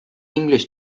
english